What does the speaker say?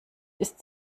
ist